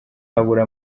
babura